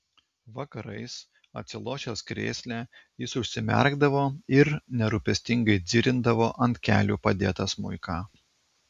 vakarais atsilošęs krėsle jis užsimerkdavo ir nerūpestingai dzirindavo ant kelių padėtą smuiką